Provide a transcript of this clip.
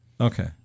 Okay